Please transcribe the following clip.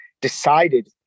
decided